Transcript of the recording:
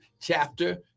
chapter